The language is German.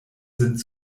sind